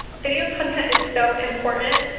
video content is so important.